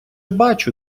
бачу